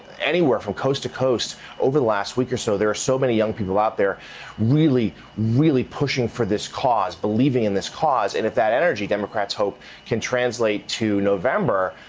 anywhere from coast-to-coast over the last week or so, there are so many young people out there really really pushing for this cause, believing in this cause. and if that energy democrats hope can translate to november,